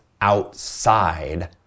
outside